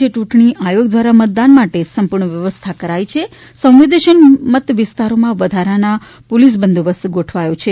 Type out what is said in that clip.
રાજ્ય ચૂંટણી આયોગ દ્વારા મતદાન માટે સંપૂર્ણ વ્યવસ્થા કરાઇ છે સંવેદનશીલ મત વિસ્તારોમાં વધારાનો પોલીસ બંદોબસ્ત ગોઠવાયો છે